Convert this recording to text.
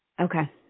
Okay